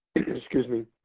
excuse me,